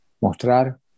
mostrar